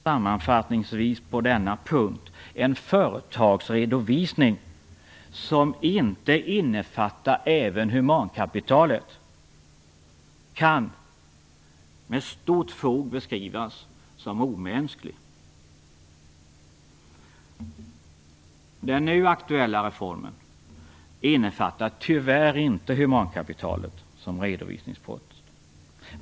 Sammanfattningsvis, på denna punkt, vill jag påstå att en företagsredovisning som inte innefattar även humankapitalet med fog kan beskrivas som omänsklig. Den nu aktuella reformen innefattar tyvärr inte humankapitalet som en redovisningspost.